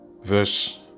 verse